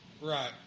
Right